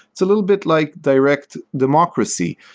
it's a little bit like direct democracy.